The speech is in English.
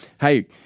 hey